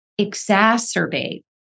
exacerbate